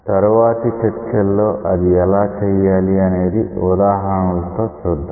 తరువాతి చర్చల్లో అది ఎలా చేయాలి అనేది ఉదాహరణలు చూద్దాం